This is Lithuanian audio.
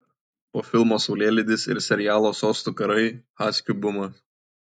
po filmo saulėlydis ir serialo sostų karai haskių bumas